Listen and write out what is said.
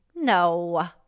No